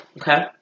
Okay